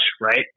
right